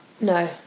No